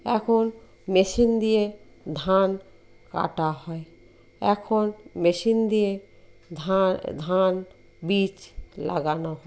এখন মেশিন দিয়ে ধান কাটা হয় এখন মেশিন দিয়ে ধান বীজ লাগানো হয়